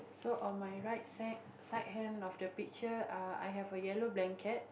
so on my right side side hand of the picture uh I have a yellow blanket